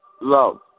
love